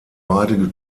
beide